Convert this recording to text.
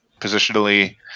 positionally